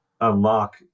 unlock